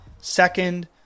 Second